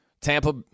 Tampa